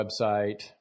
website